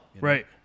Right